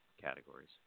categories